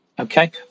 Okay